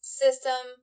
system